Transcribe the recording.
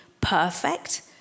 perfect